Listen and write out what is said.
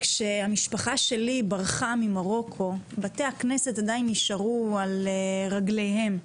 כשהמשפחה שלי ברחה ממרוקו בתי הכנסת עדיין נשארו על רגליהם.